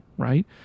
right